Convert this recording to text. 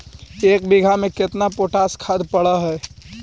एक बिघा में केतना पोटास खाद पड़ है?